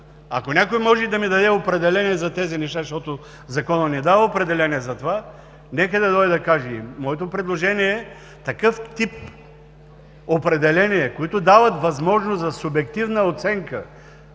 Ако някой може да ми даде определение за тези неща, защото Законът не дава определение за това, нека да дойде да каже. Моето предложение е такъв тип определения, които дават възможност за субективна оценка,